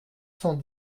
cent